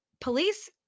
police